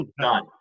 done